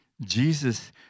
Jesus